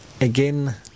again